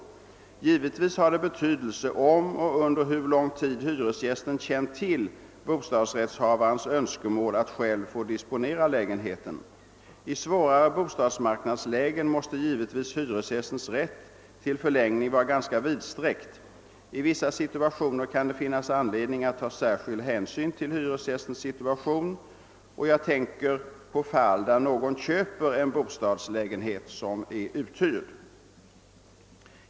Givetvis har det betydelse om och under hur lång tid hyresgästen känt till bostadsrättshavarens önskemål att själv få disponera lägenheten. I svårare bostadsmarknadslägen måste givetvis hyresgästens rätt till förlängning vara ganska vidsträckt. I vissa situationer kan det finnas anledning att ta särskild hänsyn till hyresgästens situation. Jag tänker på fall när någon köper en bostadsrättslägenhet som är uthyrd.